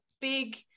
big